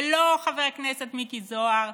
ולא, חבר הכנסת מיקי זוהר,